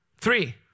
three